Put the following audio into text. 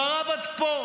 דבריו עד פה,